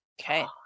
Okay